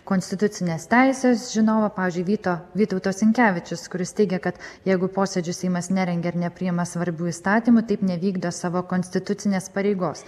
konstitucinės teisės žinovo pavyzdžiui vyto vytauto sinkevičius kuris teigia kad jeigu posėdžių seimas nerengia ir nepriima svarbių įstatymų taip nevykdo savo konstitucinės pareigos